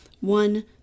one